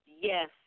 yes